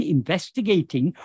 investigating